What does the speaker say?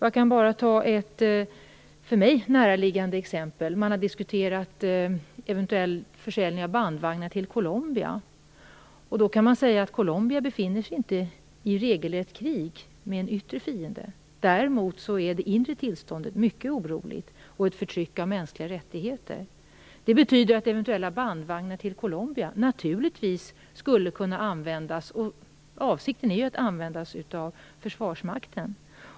Jag kan ta ett för mig näraliggande exempel. Man har diskuterat eventuell försäljning av bandvagnar till Colombia. Man kan då säga att Colombia inte befinner sig i regelrätt krig med en yttre fiende. Däremot är det inre tillståndet mycket oroligt, med ett förtryck av mänskliga rättigheter. Det förutsätter att bandvagnar i Colombia naturligtvis skulle kunna användas - avsikten är ju att de skall användas av försvarsmakten.